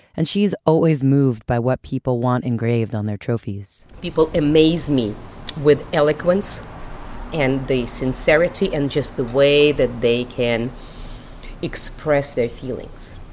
and she's always moved by what people want engraved on their trophies people amaze me with eloquence and the sincerity and just the way that they can express their feelings.